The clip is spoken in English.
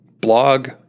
blog